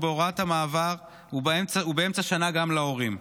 ובהוראת המעבר ובאמצע שנה גם להורים.